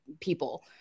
people